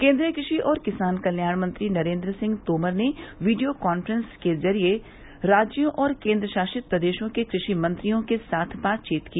केन्द्रीय कृषि और किसान कल्याण मंत्री नरेन्द्र सिंह तोमर ने वीडियो काफ्रेंस के जरिये राज्यों और केन्द्रशासित प्रदेशों के कृषि मंत्रियों के साथ बातचीत की